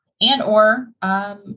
and/or